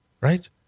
Right